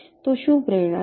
તો પ્રેરણા શું છે